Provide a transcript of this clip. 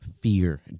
fear